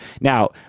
Now